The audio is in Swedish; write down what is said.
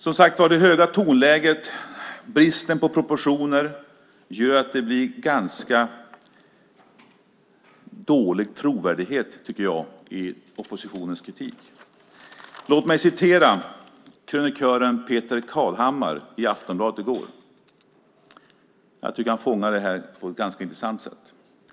Det höga tonläget och bristen på proportioner gör att det blir ganska dålig trovärdighet i oppositionens kritik. Låt mig citera krönikören Peter Kadhammar som skrev i Aftonbladet i går. Jag tycker att han fångar det här på ett ganska intressant sätt.